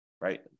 right